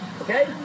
okay